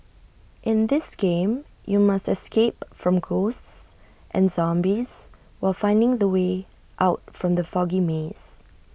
in this game you must escape from ghosts and zombies while finding the way out from the foggy maze